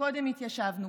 שקודם התיישבנו,